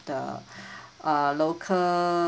the uh local